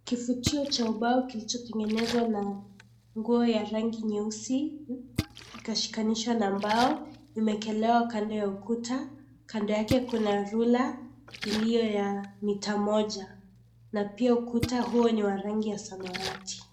Kifutio cha ubao kilichotengenezwa na nguo ya rangi nyeusi, ikashikanishwa na mbao. Imewekelewa kando ya ukuta. Kando yake kuna rula, iliyo ya mita moja na pia ukuta huo ni wa rangi ya samawati.